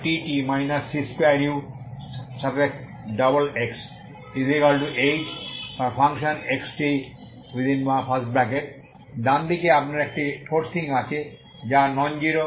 utt c2uxxhxtডানদিকে আপনার একটি ফোরসিং আছে যা ননজিরো